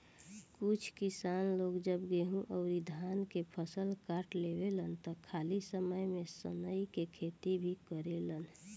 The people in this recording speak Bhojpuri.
कुछ किसान लोग जब गेंहू अउरी धान के फसल काट लेवेलन त खाली समय में सनइ के खेती भी करेलेन